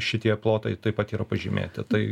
šitie plotai taip pat yra pažymėti tai